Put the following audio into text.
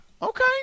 Okay